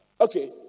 Okay